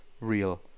real